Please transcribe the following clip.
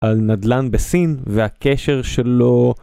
על נדלן בסין והקשר שלו